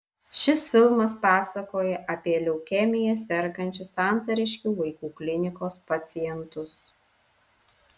šis filmas pasakoja apie leukemija sergančius santariškių vaikų klinikos pacientus